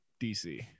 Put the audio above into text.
dc